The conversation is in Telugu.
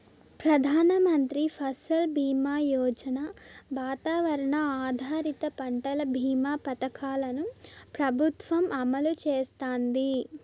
ప్రధాన మంత్రి ఫసల్ బీమా యోజన, వాతావరణ ఆధారిత పంటల భీమా పథకాలను ప్రభుత్వం అమలు చేస్తాంది